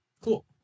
cool